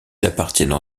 appartiennent